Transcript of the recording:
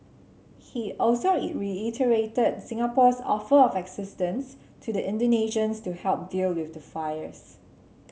he also reiterated Singapore's offer of assistance to the Indonesians to help deal with the fires